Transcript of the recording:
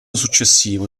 successivo